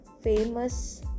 famous